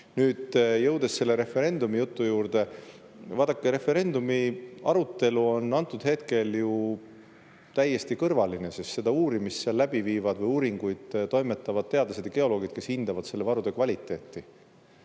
Nüüd jõuan selle referendumijutu juurde. Vaadake, referendumiarutelu on antud hetkel täiesti kõrvaline, sest seda uurimist või uuringuid viivad läbi teadlased ja geoloogid, kes hindavad varude kvaliteeti.